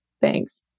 Thanks